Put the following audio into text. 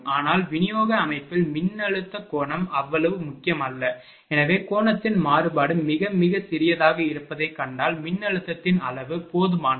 ஆனால் விநியோக அமைப்பில் மின்னழுத்த கோணம் அவ்வளவு முக்கியமல்ல எனவே கோணத்தின் மாறுபாடு மிக மிகச் சிறியதாக இருப்பதைக் கண்டதால் மின்னழுத்தத்தின் அளவு போதுமானது